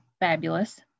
fabulous